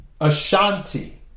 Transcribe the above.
Ashanti